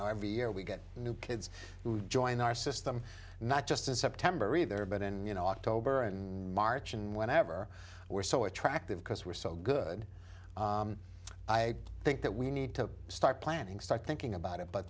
know every year we get new kids to join our system not just in september either but in october and march and whenever we're so attractive because we're so good i think that we need to start planning start thinking about it but